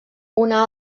una